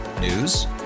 News